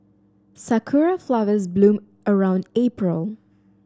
sakura flowers bloom around April